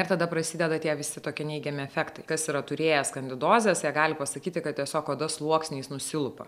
ir tada prasideda tie visi tokie neigiami efektai kas yra turėjęs kandidozes jie gali pasakyti kad tiesiog oda sluoksniais nusilupa